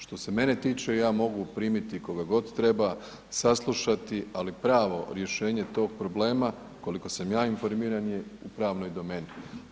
Što se mene tiče, ja mogu primiti koga god treba, saslušati, ali pravo rješenje tog problema, koliko sam ja informiran je u pravnoj domeni.